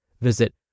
Visit